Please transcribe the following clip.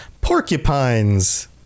porcupines